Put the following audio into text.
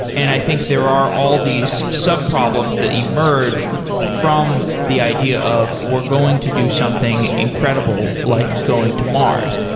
and i think there are all these sub-problems that emerge from the idea of we're going to do something incredible, like going to mars.